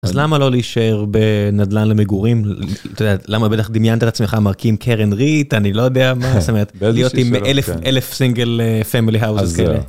אז למה לא להישאר בנדלן למגורים למה בדיוק דמיינת את עצמך מרקים קרן רית אני לא יודע מה זאת אומרת להיות עם אלף אלף סינגל פמילי.